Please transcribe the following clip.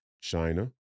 China